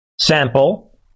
Sample